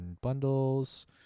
bundles